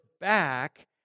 back